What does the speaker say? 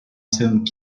сент